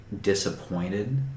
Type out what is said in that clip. disappointed